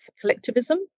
collectivism